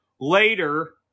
later